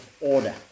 order